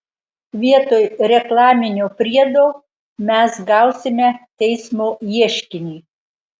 vietoj reklaminio priedo mes gausime teismo ieškinį